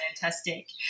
fantastic